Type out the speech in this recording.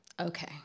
Okay